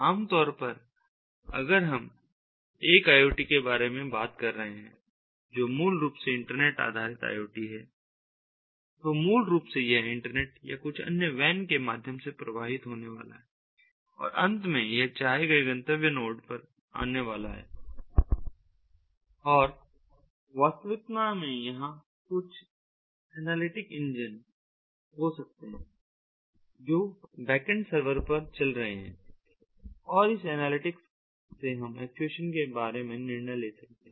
आमतौर पर अगर हम एक IoT के बारे में बात कर रहे हैं जो मूल रूप से इंटरनेट आधारित IoT है तो मूल रूप से यह इंटरनेट या कुछ अन्य WAN के माध्यम से प्रवाहित होने वाला है और अंत में यह चाहे गए गंतव्य नोड पर आने वाला है वास्तविकता में वहां कुछ एनालिटिक इंजन हो सकते हैं जो बैकेंड सर्वर पर चल रहे हैं और इस एनालिटिक्स से हम एक्चुएशन के बारे में निर्णय ले सकते हैं